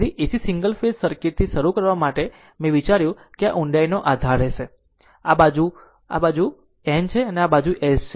તેથી AC single phase સર્કિટથી શરૂ કરવા માટે મેં વિચાર્યું કે આ ઊડાઈનો આધાર હશે આ બાજુ ઉપરની બાજુ N છે અને આ બાજુ S છે